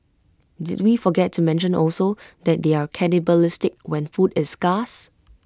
did we forget to mention also that they're cannibalistic when food is scarce